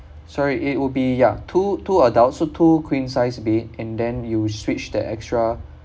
sorry it will be ya two two adult so two queen size bed and then you switch the extra